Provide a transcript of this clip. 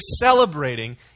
celebrating